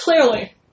Clearly